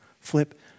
flip